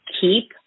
keep